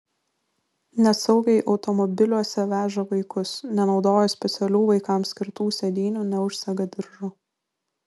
nesaugiai automobiliuose veža vaikus nenaudoja specialių vaikams skirtų sėdynių neužsega diržo